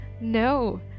No